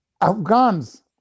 Afghans